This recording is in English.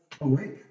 Awake